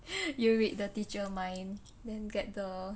you read the teacher mind then get the